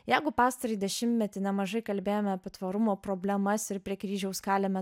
jeigu pastarąjį dešimtmetį nemažai kalbėjome apie tvarumo problemas ir prie kryžiaus kalėme